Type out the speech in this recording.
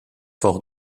fort